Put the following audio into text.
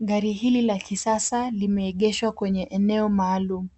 Gari hili la kisasa limeegeshwa kwenye eneo maalumu.